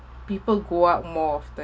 people go out more often